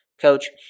coach